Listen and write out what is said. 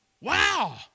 Wow